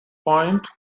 point